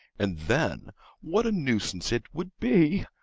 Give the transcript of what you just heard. and then what a nuisance it would be!